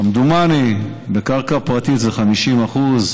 כמדומני, בקרקע פרטית זה 50%;